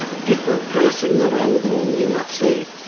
different person, that i would normally not see.